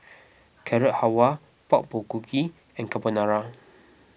Carrot Halwa Pork Bulgogi and Carbonara